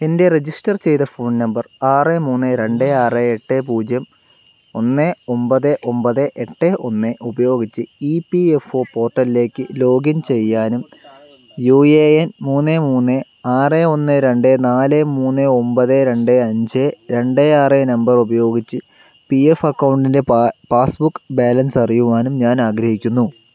എൻ്റെ രജിസ്റ്റർ ചെയ്ത phone number ആറ് മൂന്ന് രണ്ട് ആറ് എട്ട് പൂജ്യം ഒന്ന് ഒമ്പത് ഒമ്പത് എട്ട് ഒന്ന് ഉപയോഗിച്ച് ഇ പി എഫ് ഓ പോർട്ടലിലേക്ക് ലോഗിൻ ചെയ്യാനും യു എ എൻ മൂന്ന് മൂന്ന് ആറ് ഒന്ന് രണ്ട് നാല് മൂന്ന് ഒമ്പത് രണ്ട് അഞ്ച് രണ്ട് ആറ് നമ്പറുപയോഗിച്ച് പി എഫ് അക്കൗണ്ടിൻ്റെ പാസ്ബുക്ക് ബാലൻസ് അറിയുവാനും ഞാനാഗ്രഹിക്കുന്നു